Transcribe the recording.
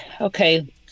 Okay